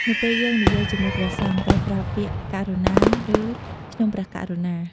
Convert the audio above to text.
នៅពេលយើងនិយាយជាមួយព្រះសង្ឃ ត្រូវប្រើពាក្យ ករុណា ឬ ខ្ញុំព្រះករុណា។